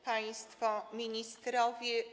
Państwo Ministrowie!